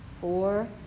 four